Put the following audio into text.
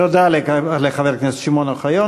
תודה לחבר הכנסת שמעון אוחיון.